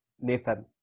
Nathan